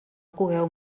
cogueu